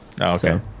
okay